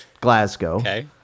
Glasgow